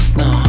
no